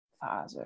father